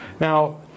Now